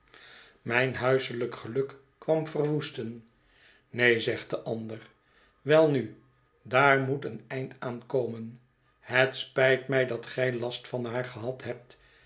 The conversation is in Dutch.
mijn huiselijk geluk kwam verwoesten neen zegt de ander welnu daar moet een eind aan komen het spijt mij dat gij last van haar gehad hebt